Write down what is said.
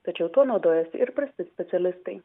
tačiau tuo naudojasi ir prasti specialistai